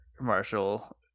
marshall